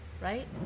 right